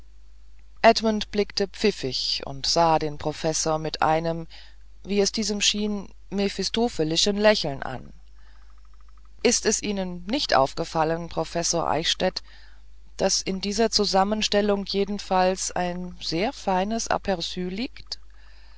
edmund blickte pfiffig und sah den professor mit einem wie es diesem schien mephistophelischen lächeln an ist es ihnen nicht aufgefallen professor eichstädt daß in dieser zusammenstellung jedenfalls ein sehr feines aperu liegt